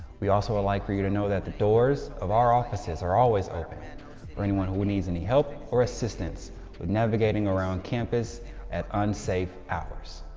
we also would ah like for you to know that the doors of our offices are always open and for anyone who needs any help or assistance with navigating around campus at unsafe hours.